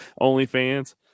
OnlyFans